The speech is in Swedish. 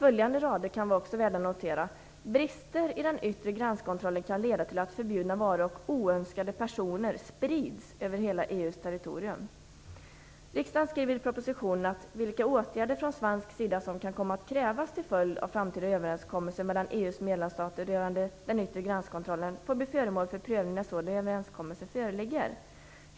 Följande rader kan också vara värda att notera: "Brister i den yttre gränskontrollen kan leda till att förbjudna varor och oönskade personer sprids över hela EU:s territorium." Regeringen skriver i propositionen: "Vilka åtgärder från svensk sida som kan komma att krävas till följd av framtida överenskommelser mellan EU:s medlemsstater rörande den yttre gränskontrollen får bli föremål för prövning när sådana överenskommelser föreligger."